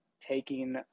taking